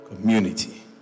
community